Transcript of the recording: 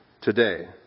today